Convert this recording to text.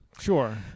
Sure